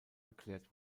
erklärt